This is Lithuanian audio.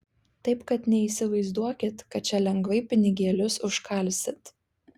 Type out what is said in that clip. taip kad neįsivaizduokit kad čia lengvai pinigėlius užkalsit